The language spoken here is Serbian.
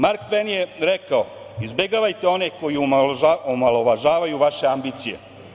Mark Tven je rekao – izbegavajte one koji omalovažavaju vaše ambicije.